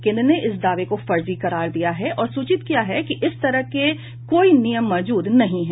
केंद्र ने इस दावे को फर्जी करार दिया है और सूचित किया है कि इस तरह के कोई नियम मौजूद नहीं हैं